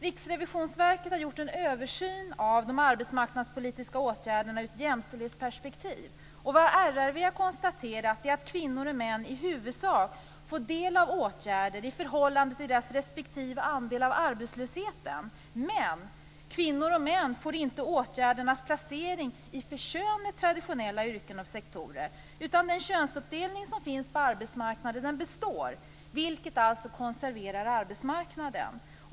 Riksrevisionsverket har gjort en översyn av de arbetsmarknadspolitiska åtgärderna ur ett jämställdhetsperspektiv. Och vad RRV har konstaterat är att kvinnor och män i huvudsak får del av åtgärder i förhållande till deras respektive andel av arbetslösheten. Men kvinnor och män blir genom åtgärderna placerade i för könet traditionella yrken och sektorer. Den könsuppdelning som finns på arbetsmarknaden består, något som alltså konserverar arbetsmarknaden.